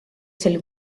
sel